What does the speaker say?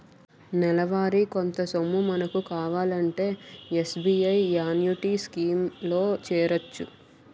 నెలవారీ కొంత సొమ్ము మనకు కావాలంటే ఎస్.బి.ఐ యాన్యుటీ స్కీం లో చేరొచ్చు